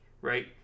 right